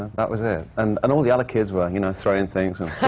that was it. and and all the other kids were, you know, throwing things and